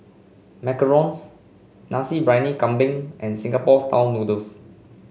macarons Nasi Briyani Kambing and Singapore style noodles